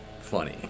funny